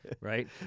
right